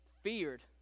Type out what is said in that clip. feared